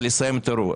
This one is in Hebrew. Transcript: ולסיים את האירוע.